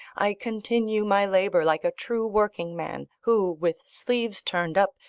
i continue my labour like a true working-man, who, with sleeves turned up,